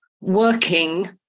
working